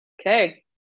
Okay